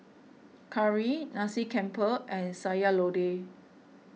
Curry Nasi Campur and Sayur Lodeh